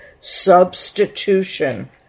substitution